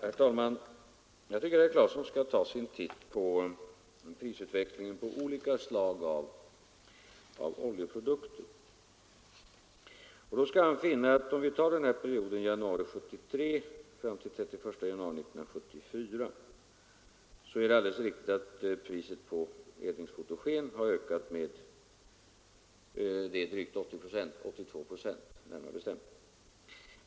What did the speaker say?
Herr talman! Jag tycker att herr Claeson skall ta sig en titt på prisutvecklingen för olika slag av oljeprodukter. Då skall han finna att det är alldeles riktigt att under perioden januari 1973—31 januari 1974 priset på eldningsfotogen har ökat med 82 procent.